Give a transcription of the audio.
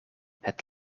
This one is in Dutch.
het